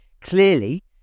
Clearly